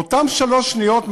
באותן שלוש שניות,